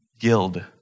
guild